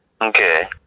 Okay